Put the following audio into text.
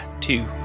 two